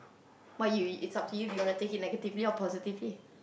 but you it's up to you if you want to take it negatively or positively